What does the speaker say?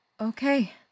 Okay